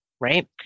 right